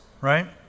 right